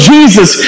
Jesus